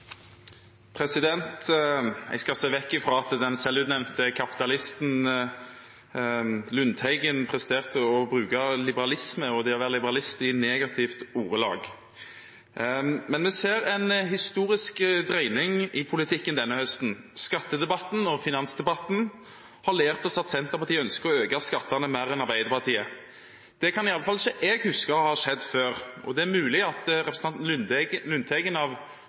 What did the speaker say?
det å være liberalist i negative ordelag. Men vi ser en historisk dreining i politikken denne høsten. Skattedebatten og finansdebatten har lært oss at Senterpartiet ønsker å øke skattene mer enn Arbeiderpartiet. Det kan iallfall ikke jeg huske har skjedd før. Det er mulig at representanten Lundteigen